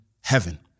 heaven